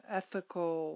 ethical